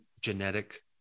genetic